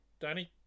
Danny